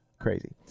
crazy